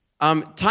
Time